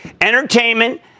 entertainment